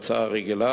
ההצעה הרגילה,